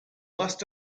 last